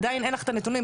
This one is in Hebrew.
עדין אין לך את הנתונים.